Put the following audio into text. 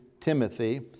Timothy